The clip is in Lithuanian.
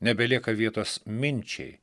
nebelieka vietos minčiai